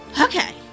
Okay